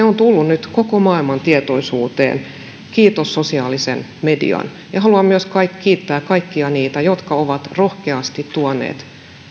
on tullut nyt koko maailman tietoisuuteen kiitos sosiaalisen median ja haluan myös kiittää kaikkia niitä jotka ovat rohkeasti tuoneet